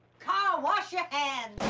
carl! wash your hands.